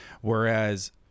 whereas